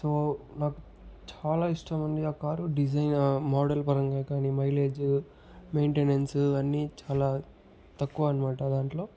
so నాకు చాలా ఇష్టమండి ఆ కారు డిజైన్ మోడల్ పరంగా కాని మైలేజు మెయింటెనెన్సు అన్ని చాలా తక్కువ అనమాట దాంట్లో